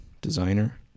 designer